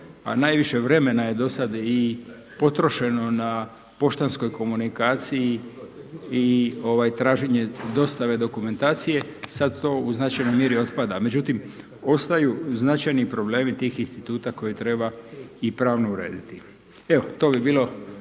najviše vremena je do sada i potrošeno na poštanskoj komunikaciji i traženje dostave dokumentacije, sada to u značajnoj mjeri otpada, međutim ostaju značajni problemi tih instituta koje treba i pravno urediti. Evo to bi bilo